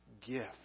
gift